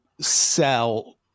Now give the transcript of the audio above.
sell